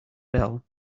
bell